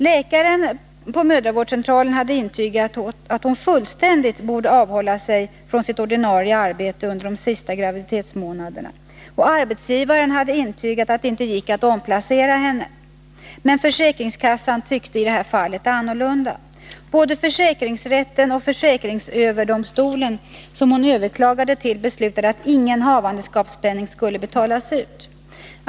Läkaren på mödravårdscentralen hade intygat att hon fullständigt borde avhålla sig från sitt ordinarie arbete under de sista graviditetsmånaderna, och arbetsgivaren hade intygat att det inte gick att omplacera henne. Men försäkringskassan tyckte i det här fallet annorlunda, och både försäkringsrätten och försäkringsöverdomstolen, som hon överklagade till, beslutade att ingen havandeskapspenning skulle betalas ut.